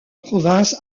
province